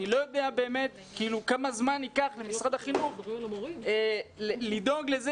אני לא יודע כמה זמן ייקח למשרד החינוך לדאוג לזה